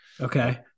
Okay